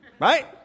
right